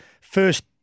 first